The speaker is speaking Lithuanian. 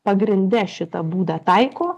pagrinde šitą būdą taiko